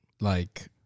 Like-